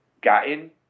gotten